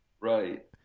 Right